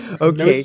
Okay